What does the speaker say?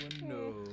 no